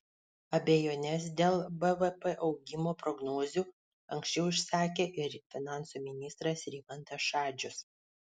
abejones dėl bvp augimo prognozių anksčiau išsakė ir finansų ministras rimantas šadžius